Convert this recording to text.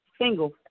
single